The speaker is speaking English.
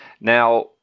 Now